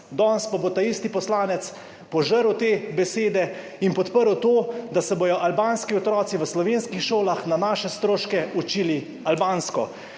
Danes pa bo taisti poslanec požrl te besede in podprl to, da se bodo albanski otroci v slovenskih šolah na naše stroške učili albansko.